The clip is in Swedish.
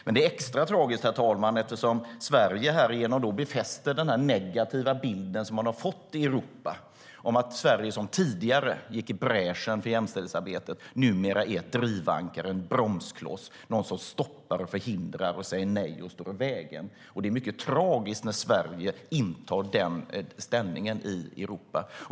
Men det är extra tragiskt, herr talman, eftersom Sverige härigenom befäster den negativa bild som man har fått i Europa om att Sverige, som tidigare gick i bräschen för jämställdhetsarbetet, numera är ett drivankare, en bromskloss, någon som stoppar och förhindrar, säger nej och står i vägen. Det är mycket tragiskt när Sverige intar den ställningen i Europa.